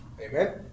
Amen